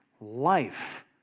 life